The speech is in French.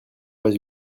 pas